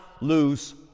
lose